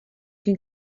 can